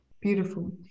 Beautiful